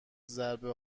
ضربه